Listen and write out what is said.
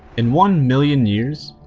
in one million years,